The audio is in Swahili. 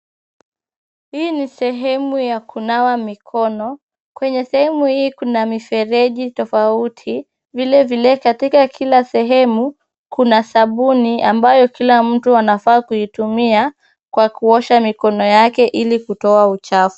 Hii ni sehemu ya kunawa mikono. Kwenye sehemu hii kuna mifereji tofauti. Vile vile katika kila sehemu, kuna sabuni ambayo kila mtu anafaa kuitumia kwa kuosha mikono yake ili kutoa uchafu.